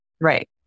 Right